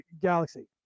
galaxy